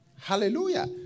Hallelujah